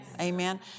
Amen